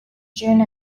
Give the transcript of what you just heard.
june